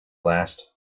last